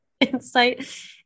insight